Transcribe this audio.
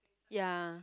ya